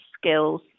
skills